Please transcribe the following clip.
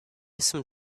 some